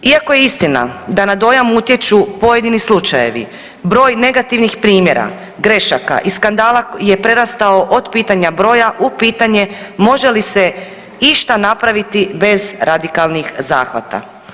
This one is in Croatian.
Iako je istina da na dojam utječu pojedini slučajevi broj negativnih primjera, grešaka i skandala je prerastao od pitanja broja u pitanje može li se išta napraviti bez radikalnih zahvata.